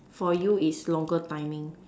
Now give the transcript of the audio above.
for you is longer timing